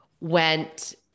went